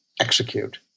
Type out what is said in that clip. execute